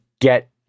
get